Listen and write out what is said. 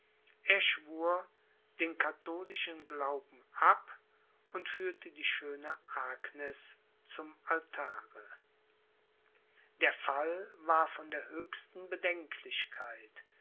er schwur den katholischen glauben ab und führte die schöne agnes zum altare der fall war von der höchsten bedenklichkeit